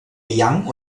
yang